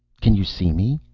can you see me?